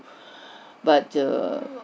but err